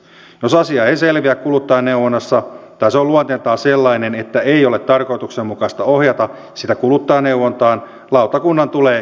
jos asia ei selviä kuluttajaneuvonnassa tai se on luonteeltaan sellainen että ei ole tarkoituksenmukaista ohjata sitä kuluttajaneuvontaan lautakunnan tulee käsitellä asia